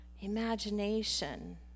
imagination